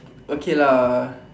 okay lah